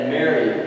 Mary